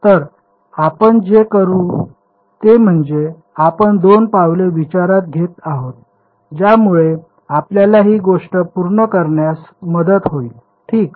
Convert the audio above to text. तर आपण जे करू ते म्हणजे आपण 2 पावले विचारात घेत आहोत ज्यामुळे आपल्याला ही गोष्ट पूर्ण करण्यास मदत होईल ठीक